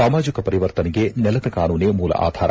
ಸಾಮಾಜಿಕ ಪರಿವರ್ತನೆಗೆ ನೆಲದ ಕಾನೂನೇ ಮೂಲ ಆಧಾರ